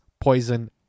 poison